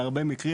בהרבה מקרים,